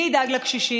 מי ידאג לקשישים?